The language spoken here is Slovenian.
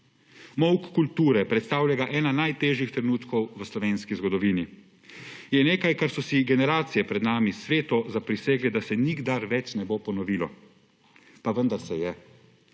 Molk kulture predstavlja enega najtežjih trenutkov v slovenski zgodovini, je nekaj, kar so si generacije pred nami sveto zaprisegle, da se nikdar več ne bo ponovilo. Pa vendar se je.